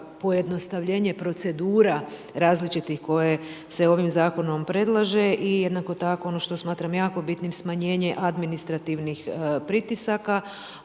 pojednostavljenje procedura različitih koje se ovim zakonom predlaže. I jednako tako ono što smatram jako bitnim, smanjenje administrativnih pritisaka,